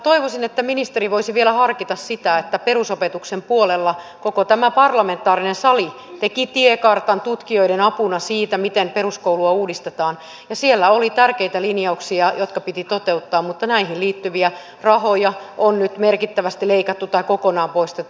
toivoisin että ministeri voisi vielä harkita kun perusopetuksen puolella koko tämä parlamentaarinen sali teki tiekartan tutkijoiden avulla siitä miten peruskoulua uudistetaan ja siellä oli tärkeitä linjauksia jotka piti toteuttaa mutta näihin liittyviä rahoja on nyt merkittävästi leikattu tai kokonaan poistettu